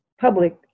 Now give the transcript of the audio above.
public